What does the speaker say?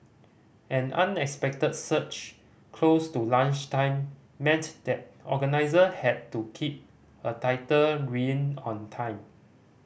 an unexpected surge close to lunchtime meant that organiser had to keep a tighter rein on time